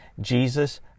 Jesus